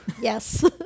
Yes